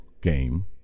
game